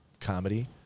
comedy